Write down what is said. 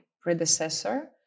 predecessor